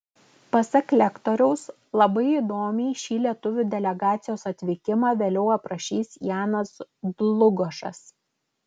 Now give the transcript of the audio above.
pasak lektoriaus labai įdomiai šį lietuvių delegacijos atvykimą vėliau aprašys janas dlugošas